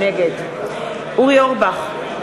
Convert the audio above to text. נגד אורי אורבך,